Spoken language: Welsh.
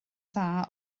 dda